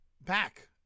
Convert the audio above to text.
back